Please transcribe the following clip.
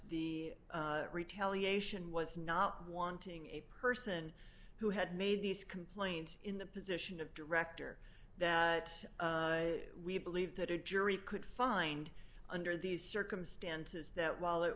the retaliation was not wanting a person who had made these complaints in the position of director that we believe that a jury could find under these circumstances that while it